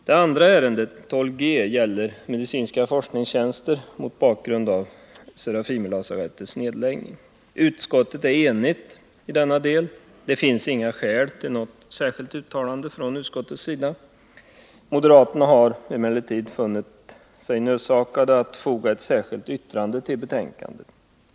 Det andra ärendet, 12 g, gäller frågor om medicinska forskartjänster mot bakgrund av Serafimerlasarettets nedläggning. Utskottet är enigt i denna del. Det finns inga skäl till något särskilt uttalande från utskottets sida. Moderaterna har emellertid funnit sig nödsakade att foga ett särskilt yttrande till betänkandet.